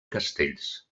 castells